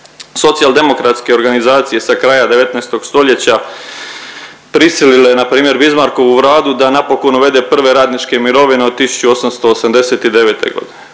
socijaldemokratske organizacije sa kraja 19. stoljeća prisilile npr. Bismarckovu Vladu da napokon uvede prve radničke mirovine od 1889.g.